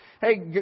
Hey